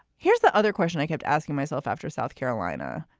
here's the other question i kept asking myself after south carolina,